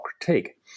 critique